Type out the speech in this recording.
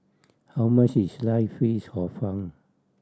how much is slice fish Hor Fun